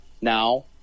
now